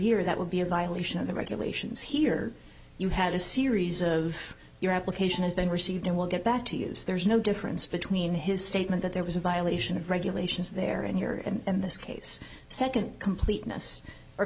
year that will be a violation of the regulations here you had a series of your application has been received and we'll get back to use there's no difference between his statement that there was a violation of regulations there and here and in this case second completeness or